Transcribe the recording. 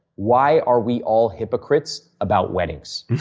why are we all hypocrites about weddings?